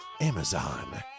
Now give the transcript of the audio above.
Amazon